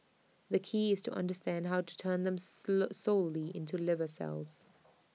the key is to understand how to turn them slow solely into liver cells